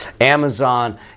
Amazon